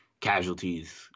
casualties